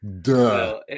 Duh